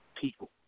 people